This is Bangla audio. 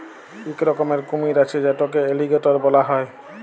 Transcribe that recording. ইক রকমের কুমির আছে যেটকে এলিগ্যাটর ব্যলা হ্যয়